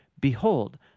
Behold